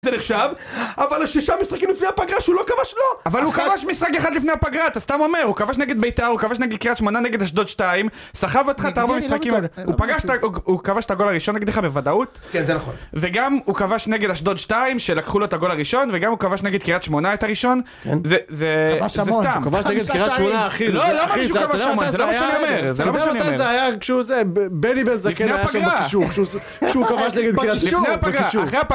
אבל השישה משחקים לפני הפגרה שהוא לא כבש לא. אבל הוא כבש משחק אחד לפני הפגרה אתה סתם אומר, הוא כבש נגד בית"ר הוא כבש נגד קריית שמונה נגד אשדוד שתיים סחב אותך את הארבע המשחקים הוא כבש את הגול הראשון נגדיך בוודאות כן, זה נכון וגם הוא כבש נגד אשדוד שתיים שלקחו לו את הגול הראשון וגם הוא כבש נגד קריית שמונה את הראשון זה סתם כבש המון, כבש נגד קריית שמונה אחי זה לא מה שאני אומר זה לא מה שאני אומר לפני הפגרה לפני הפגרה